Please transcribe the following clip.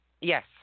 Yes